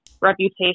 reputation